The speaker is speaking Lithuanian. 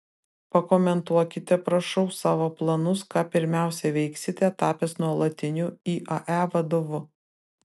pakomentuokite prašau savo planus ką pirmiausia veiksite tapęs nuolatiniu iae vadovu